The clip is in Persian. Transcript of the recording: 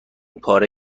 پاره